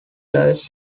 lives